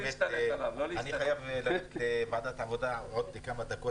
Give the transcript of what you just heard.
אני חייב ללכת לוועדת העבודה עוד כמה דקות,